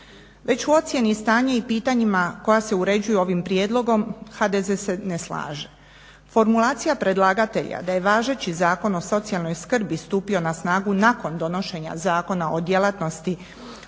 Već u ocjeni stanja i pitanjima koja se uređuju ovim prijedlogom HDZ se ne slaže. Formulacija predlagatelja da je važeći Zakon o socijalnoj skrbi stupio na snagu nakon donošenja Zakona o djelatnosti